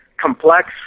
complex